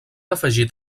afegit